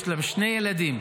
יש להם שני ילדים,